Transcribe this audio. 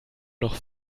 noch